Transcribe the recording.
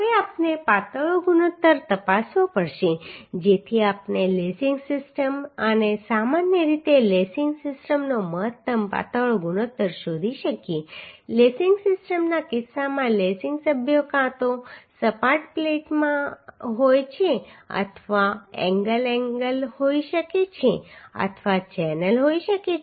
હવે આપણે પાતળો ગુણોત્તર તપાસવો પડશે જેથી આપણે લેસિંગ સિસ્ટમ અને સામાન્ય રીતે લેસિંગ સિસ્ટમનો મહત્તમ પાતળો ગુણોત્તર શોધી શકીએ લેસિંગ સિસ્ટમના કિસ્સામાં લેસિંગ સભ્યો કાં તો સપાટ પ્લેટ હોય છે અથવા એંગલ હોઈ શકે છે અથવા ચેનલ હોઈ શકે છે